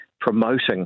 promoting